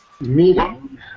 meeting